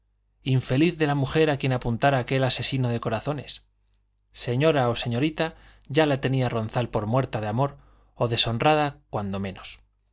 infeliz de la mujer a quien apuntara aquel asesino de corazones señora o señorita ya la tenía ronzal por muerta de amor o deshonrada cuando menos